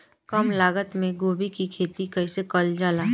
कम लागत मे गोभी की खेती कइसे कइल जाला?